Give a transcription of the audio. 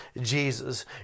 Jesus